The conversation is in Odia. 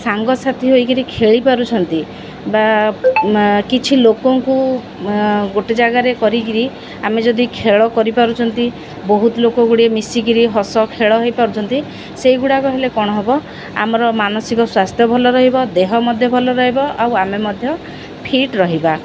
ସାଙ୍ଗସାଥି ହୋଇକରି ଖେଳି ପାରୁଛନ୍ତି ବା କିଛି ଲୋକଙ୍କୁ ଗୋଟେ ଜାଗାରେ କରିକରି ଆମେ ଯଦି ଖେଳ କରିପାରୁଛନ୍ତି ବହୁତ ଲୋକ ଗୁଡ଼ିଏ ମିଶିକରି ହସ ଖେଳ ହୋଇପାରୁଛନ୍ତି ସେଇଗୁଡ଼ାକ ହେଲେ କ'ଣ ହେବ ଆମର ମାନସିକ ସ୍ୱାସ୍ଥ୍ୟ ଭଲ ରହିବ ଦେହ ମଧ୍ୟ ଭଲ ରହିବ ଆଉ ଆମେ ମଧ୍ୟ ଫିଟ୍ ରହିବା